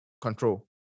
Control